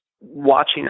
watching